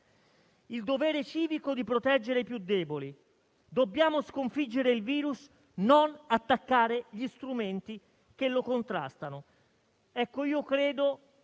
il dovere civico di proteggere i più deboli. Dobbiamo sconfiggere il virus, non attaccare gli strumenti che lo contrastano». Credo